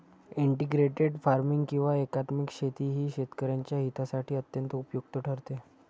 integrated farming किंवा एकात्मिक शेती ही शेतकऱ्यांच्या हितासाठी अत्यंत उपयुक्त ठरते